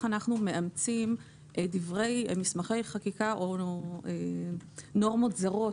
אנחנו מאמצים מסמכי חקיקה או נורמות זרות,